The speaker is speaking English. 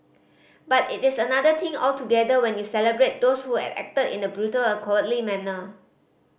but it is another thing altogether when you celebrate those who had acted in the brutal a cowardly manner